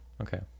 okay